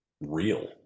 real